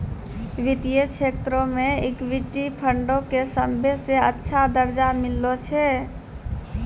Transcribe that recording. वित्तीय क्षेत्रो मे इक्विटी फंडो के सभ्भे से अच्छा दरजा मिललो छै